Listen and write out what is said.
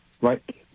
Right